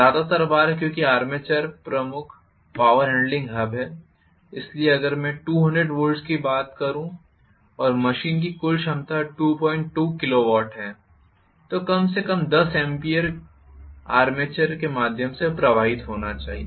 ज्यादातर बार क्योंकि आर्मेचर प्रमुख पावर हैंडलिंग हब है इसलिए अगर मैं 200 volts की बात करूं और मशीन की कुल क्षमता 22 किलोवाट है तो कम से कम 10 A आर्मेचर के माध्यम से प्रवाहित होना चाहिए